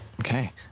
Okay